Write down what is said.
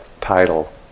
title